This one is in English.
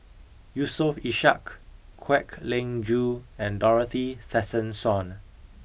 Yusof Ishak Kwek Leng Joo and Dorothy Tessensohn